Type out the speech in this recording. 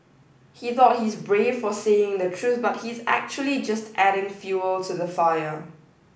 he thought he's brave for saying the truth but he's actually just adding fuel to the fire